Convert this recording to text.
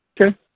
okay